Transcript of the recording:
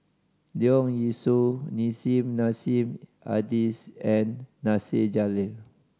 Leong Yee Soo Nissim Nassim Adis and Nasir Jalil